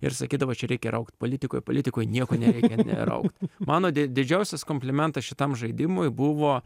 ir sakydavo čia reikia raukt politikoj politikoj nieko nereikia ne raukt mano di didžiausias komplimentas šitam žaidimui buvo